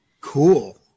Cool